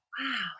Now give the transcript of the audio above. Wow